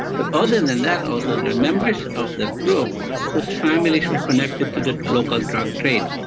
but other than that, also there are members of that group whose families were connected to the local drug trade.